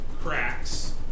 cracks